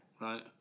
right